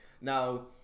Now